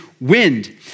wind